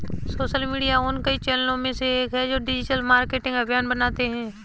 social media उन कई चैनलों में से एक है जो डिजिटल मार्केटिंग अभियान बनाते हैं